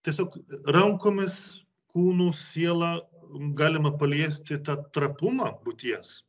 tiesiog rankomis kūnu siela galima paliesti tą trapumą būties